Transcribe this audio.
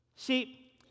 See